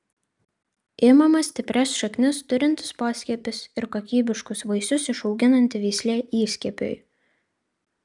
imamas stiprias šaknis turintis poskiepis ir kokybiškus vaisius išauginanti veislė įskiepiui